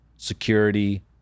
Security